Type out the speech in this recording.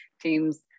teams